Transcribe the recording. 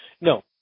No